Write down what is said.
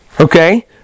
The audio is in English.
Okay